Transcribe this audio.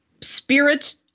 spirit